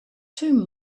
two